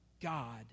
God